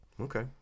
Okay